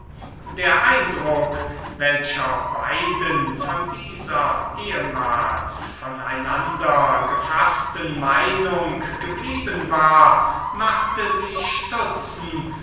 der eindruck welcher beiden von dieser ehmals von einander gefaßten meinung geblieben war machte sie stutzen